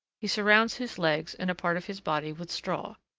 he surrounds his legs and a part of his body with straw.